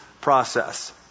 process